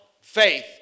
faith